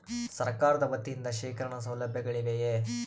ಸರಕಾರದ ವತಿಯಿಂದ ಶೇಖರಣ ಸೌಲಭ್ಯಗಳಿವೆಯೇ?